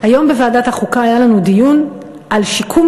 היום בוועדת החוקה היה לנו דיון על שיקום,